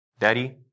Daddy